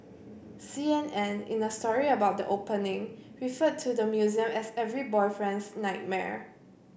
C N N in a story about the opening referred to the museum as every boyfriend's nightmare